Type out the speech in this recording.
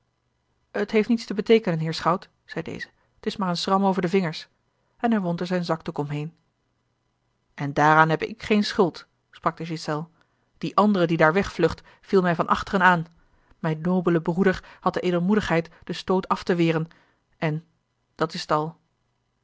het heeft niets te beteekenen heer schout zeî deze t is maar een schram over de vingers en hij wond er zijn zakdoek om heen en daaraan heb ik geene schuld sprak de ghiselles die andere die daar wegvlucht viel mij van achteren aan mijn nobele broeder had de edelmoedigheid den stoot af te weren en dat is t al